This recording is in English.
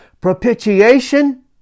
Propitiation